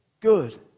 good